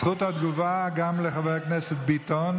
זכות התגובה גם לחבר הכנסת ביטן.